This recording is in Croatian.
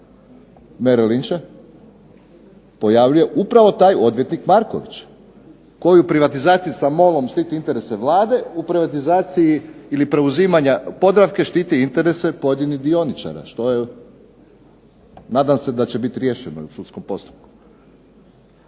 Mery Lincha pojavljuje upravo taj odvjetnik Marković koji u privatizaciji sa MOL-om štiti interese Vlade, u privatizaciji ili preuzimanja Podravke štiti interese pojedinih dioničara, što je, nadam se da će biti riješeno u sudskom postupku.